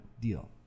deal